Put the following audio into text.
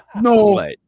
no